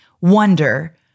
wonder